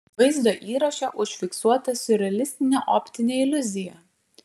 vaizdo įraše užfiksuota siurrealistinė optinė iliuzija